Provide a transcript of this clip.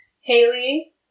Haley